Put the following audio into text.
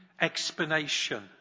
explanation